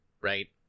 Right